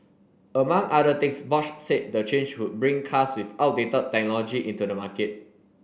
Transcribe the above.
among other things Bosch said the change would bring cars with outdated technology into the market